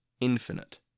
infinite